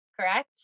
correct